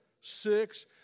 six